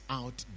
out